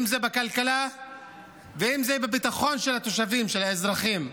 אם זה בכלכלה ואם בביטחון של התושבים, של האזרחים.